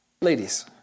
Ladies